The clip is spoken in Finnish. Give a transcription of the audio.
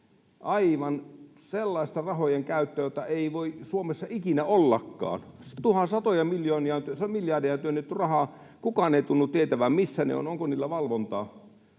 Aivan, sellaista rahojen käyttöä, jota ei voi Suomessa ikinä ollakaan. Satoja miljoonia ja miljardeja työnnetty rahaa, ja kukaan ei tunnu tietävän, missä ne ovat, onko niillä valvontaa.